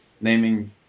naming